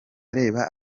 areba